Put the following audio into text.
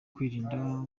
kwirinda